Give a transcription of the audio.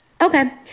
Okay